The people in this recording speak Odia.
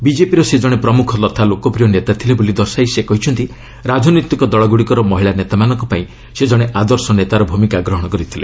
ବିଜେପିର ସେ ଜଣେ ପ୍ରମୁଖ ତଥା ଲୋକପ୍ରିୟ ନେତା ଥିଲେ ବୋଲି ଦର୍ଶାଇ ସେ କହିଛନ୍ତି ରାଜନୈତିକ ଦଳଗୁଡ଼ିକର ମହିଳା ନେତାମାନଙ୍କ ପାଇଁ ସେ ଜଣେ ଆଦର୍ଶ ନେତାର ଭୂମିକା ଗ୍ରହଣ କରିଥିଲେ